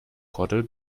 kordel